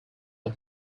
off